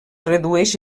redueix